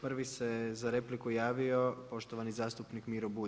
Prvi se za repliku javio poštovani zastupnik Miro Bulj.